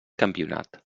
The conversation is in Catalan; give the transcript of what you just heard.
campionat